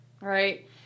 Right